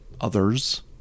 others